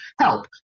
help